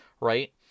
right